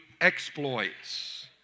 exploits